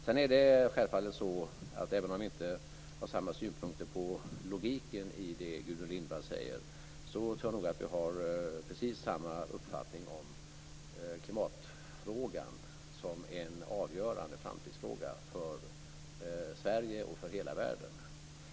Sedan är det självfallet så att även om vi inte har samma synpunkter på logiken i det Gudrun Lindvall säger tror jag nog att vi har precis samma uppfattning om klimatfrågan som en avgörande framtidsfråga för Sverige och för hela världen.